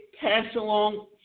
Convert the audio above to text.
pass-along